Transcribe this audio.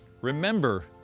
remember